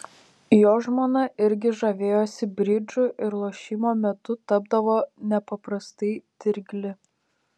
jo žmona irgi žavėjosi bridžu ir lošimo metu tapdavo nepaprastai dirgli